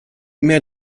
mehr